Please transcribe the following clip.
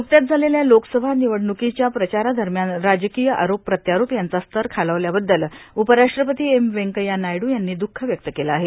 न्कत्याच झालेल्या लोकसभा र्मिनवडण्कोच्या प्रचारादरम्यान राजकोय आरोप प्रत्यारोप यांचा स्तर खालावल्याबद्दल उपराष्ट्रपती एम व्यंकय्या नायडू यांनी द्रःख व्यक्त केलं आहे